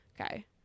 Okay